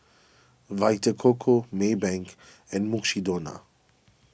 Vita Coco Maybank and Mukshidonna